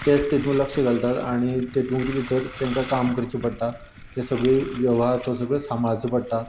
तेच तेतूंत लक्ष घालतात आनी तेतूंत भितर तेंका काम करचे पडटा ते सगळें वेव्हार तो सगळो सांबाळचो पडटा